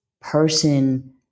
person